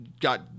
got